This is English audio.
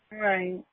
Right